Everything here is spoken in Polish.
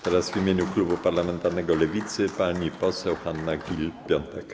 Teraz w imieniu klubu parlamentarnego Lewicy pani poseł Hanna Gill-Piątek.